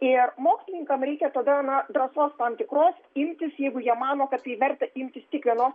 ir mokslininkam reikia tada na drąsos tam tikros imtis jeigu jie mano kad tai verta imtis tik vienos